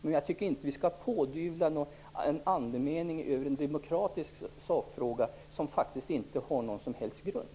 Men jag tycker inte att vi skall pådyvla propositionen en andemening i en demokratisk sakfråga som faktiskt inte har någon som helst grund.